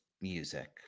music